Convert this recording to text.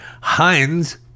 Heinz